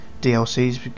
DLCs